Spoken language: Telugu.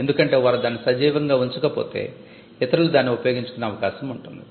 ఎందుకంటే వారు దానిని సజీవంగా ఉంచకపోతే ఇతరులు దానిని ఉపయోగించుకునే అవకాశం ఉంటుంది